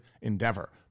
endeavor